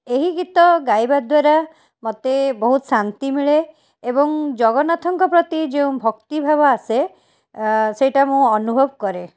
ଏହି ଗୀତ ଗାଇବା ଦ୍ଵାରା ମୋତେ ବହୁତ ଶାନ୍ତି ମିଳେ ଏବଂ ଜଗନ୍ନାଥଙ୍କ ପ୍ରତି ଯେଉଁ ଭକ୍ତିଭାବ ଆସେ ସେଇଟା ମୁଁ ଅନୁଭବ କରେ